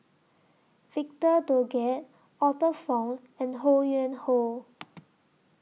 Victor Doggett Arthur Fong and Ho Yuen Hoe